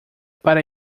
para